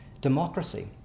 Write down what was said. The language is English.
democracy